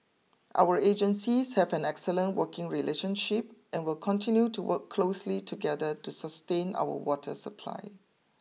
our agencies have an excellent working relationship and will continue to work closely together to sustain our water supply